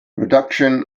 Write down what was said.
reduction